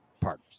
partners